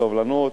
בסובלנות.